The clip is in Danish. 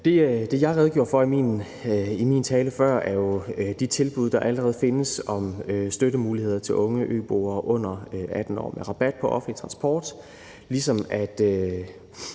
Det, jeg redegjorde for i min tale før, er jo de tilbud, der allerede findes om støttemuligheder til unge øboere under 18 år med rabat på offentlig transport,